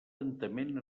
lentament